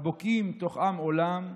הבוקעים תוך עם עולם,